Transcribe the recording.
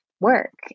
Work